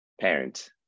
parent